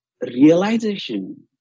realization